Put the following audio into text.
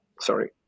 Sorry